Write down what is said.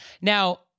Now